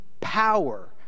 power